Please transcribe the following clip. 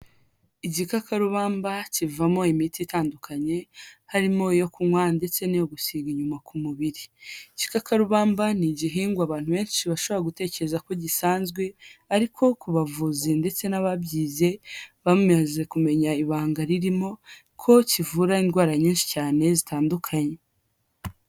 Igikakarubamba kivamo imiti itandukanye, harimo iyo kunywa ndetse n'iyo gusiga inyuma ku mubiri. Igikakarubamba ni igihingwa abantu benshi bashobora gutekereza ko gisanzwe, ariko ku bavuzi ndetse n'ababyize, bamaze kumenya ibanga ririmo, ko kivura indwara nyinshi cyane zitandukanye.